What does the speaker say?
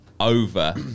over